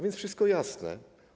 Więc wszystko jasne.